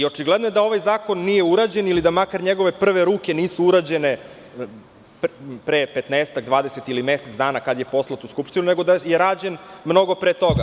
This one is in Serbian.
Očigledno da ovaj zakon nije urađen ili da makar njegove prve ruke nisu urađene pre 15, 20 ili mesec dana, kada je poslat u Skupštinu, nego je rađen mnogo pre toga.